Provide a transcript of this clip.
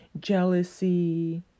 jealousy